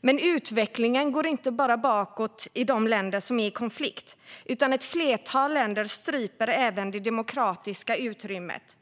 Men utvecklingen går inte bara bakåt i de länder som är i konflikt. Ett flertal länder stryper även det demokratiska utrymmet.